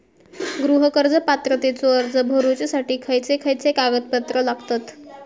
गृह कर्ज पात्रतेचो अर्ज भरुच्यासाठी खयचे खयचे कागदपत्र लागतत?